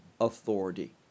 authority